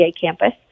campus